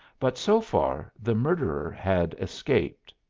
but so far the murderer had escaped.